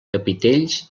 capitells